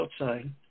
outside